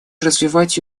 развивать